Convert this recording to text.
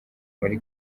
muri